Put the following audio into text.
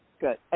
good